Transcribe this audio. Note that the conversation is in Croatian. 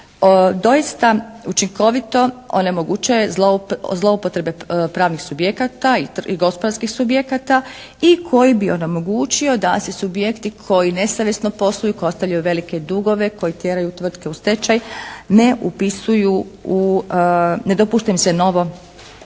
doista učinkovito onemogućuje zloupotrebe pravnih subjekata i gospodarskih subjekata i koji bi onemogućio da se subjekti koji nesavjesno posluju, koji ostavljaju velike dugove, koji tjeraju tvrtke u stečaj ne upisuju u, ne